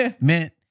meant